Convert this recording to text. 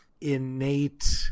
innate